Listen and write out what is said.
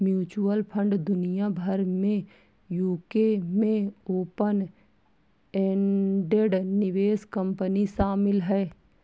mutual fund दुनिया भर में यूके में ओपन एंडेड निवेश कंपनी शामिल हैं